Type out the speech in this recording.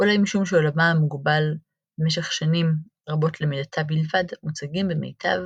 ואולי משום שעולמה הוגבל במשך שנים רבות למיטתה בלבד - מוצגים במיטב